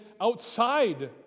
outside